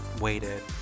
waited